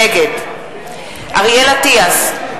נגד אריאל אטיאס,